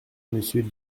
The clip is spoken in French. monsieur